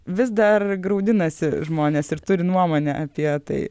vis dar graudinasi žmonės ir turi nuomonę apie tai